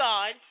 God